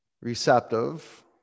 receptive